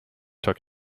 took